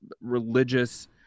religious